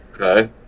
Okay